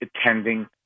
attending